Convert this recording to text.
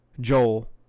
Joel